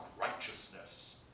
righteousness